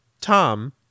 tom